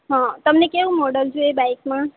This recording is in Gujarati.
હાં તમને કેવું મોડલ જોઈએ બાઈકમાં